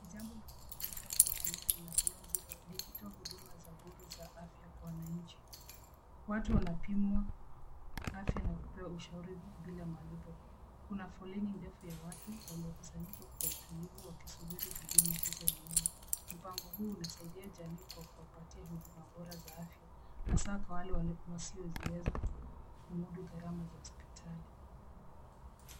Ni jambo la kufurahisha kuwa na lori la BEYOND ZERO likitoa huduma za bure za afya kwa wananchi. Watu wanapimwa afya na kupewa ushauri bila malipo. Kuna foleni ndefu ya watu waliokusanyika kwa utulivu wakisubiri huduma hizo. Mpango huu unasaidia jamii kwa kuwapatia huduma bora za afya, hasa kwa wale wasiojiweza kumudu gharama za hospitari.